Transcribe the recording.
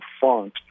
font